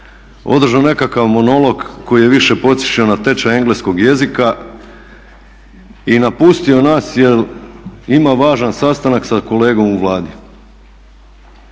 održao nekakav monolog koji je više podsjećao na tečaj engleskog jezika i napustio nas jer ima važan sastanak sa kolegom u Vladi.